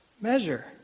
measure